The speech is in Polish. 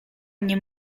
mnie